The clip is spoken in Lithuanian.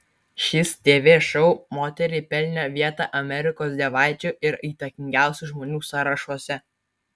šis tv šou moteriai pelnė vietą amerikos dievaičių ir įtakingiausių žmonių sąrašuose